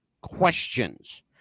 questions